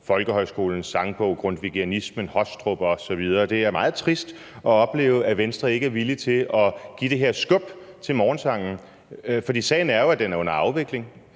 Folkehøjskolens Sangbog, grundtvigianismen, Hostrup osv. Det er meget trist at opleve, at Venstre ikke er villig til at give det her skub til morgensangen, for sagen er jo, at den er under afvikling.